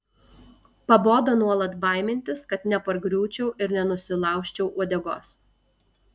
pabodo nuolat baimintis kad nepargriūčiau ir nenusilaužčiau uodegos